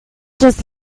just